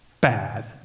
bad